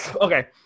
Okay